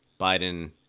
Biden